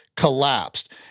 collapsed